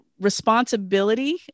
responsibility